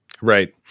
Right